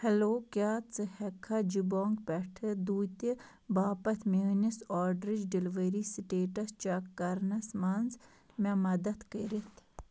hello کیٛاہ ژٕ ہٮ۪ککھا جِبانٛگ پؠٹھٕ دھوٗتہِ باپتھ میٛٲنِس آرڈرٕچ ڈِلؤری سِٹیٹَس چَک کَرنَس منٛز مےٚ مدتھ کٔرِتھ